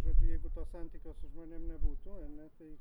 žodžiu jeigu to santykio su žmonėm nebūtų ne tai